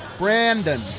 Brandon